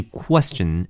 question